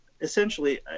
essentially